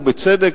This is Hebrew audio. ובצדק,